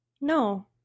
No